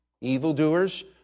evildoers